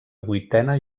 vuitena